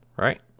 right